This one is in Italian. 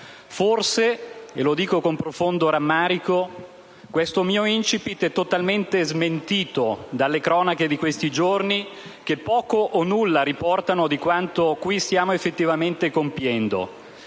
Forse, e lo dico con profondo rammarico, questo mio *incipit* è totalmente smentito dalle cronache di questi giorni che poco o nulla riportano di quanto qui stiamo effettivamente compiendo.